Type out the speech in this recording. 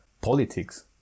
politics